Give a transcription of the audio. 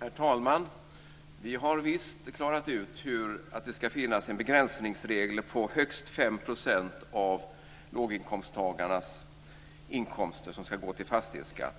Herr talman! Vi har visst klarat ut att det ska finnas en begränsningsregel som innebär att högst 5 % av låginkomsttagarnas inkomster ska gå till fastighetsskatt.